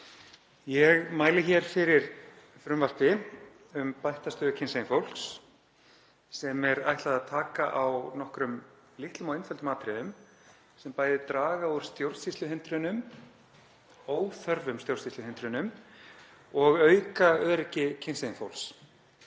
Ég mæli hér fyrir frumvarpi um bætta stöðu kynsegin fólks sem er ætlað að taka á nokkrum litlum og einföldum atriðum sem bæði draga úr óþörfum stjórnsýsluhindrunum og auka öryggi kynsegin fólks.